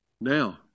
Now